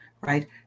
right